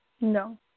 No